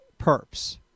perps